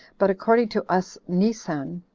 but according to us nisan,